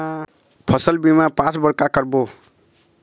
फसल बीमा पास बर का करबो?